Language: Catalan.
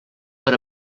per